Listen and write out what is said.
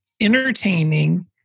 entertaining